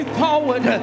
forward